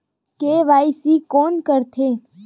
KYC कोन करथे?